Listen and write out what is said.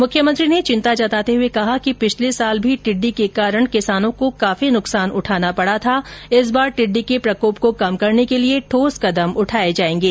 मुख्यमंत्री ने चिंता जताते हुए कहा कि पिछले वर्ष भी टिड्डी के कारण किसानों को काफी नुकसान उठाना पड़ा था इस बार टिड्डी के प्रकोप को कम करने के लिए ठोस कदम उठाएं जायेंगे